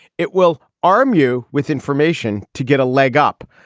it will arm you with information to get a leg up.